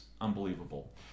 unbelievable